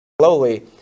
slowly